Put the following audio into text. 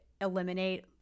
eliminate